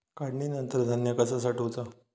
काढणीनंतर धान्य कसा साठवुचा?